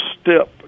step